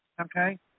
Okay